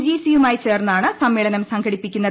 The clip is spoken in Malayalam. ജീീസിയുമായി ചേർന്നാണ് സമ്മേ ളനം സംഘടിപ്പിക്കുന്നത്